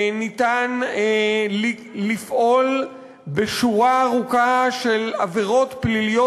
ניתן לפעול בשורה ארוכה של עבירות פליליות